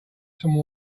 some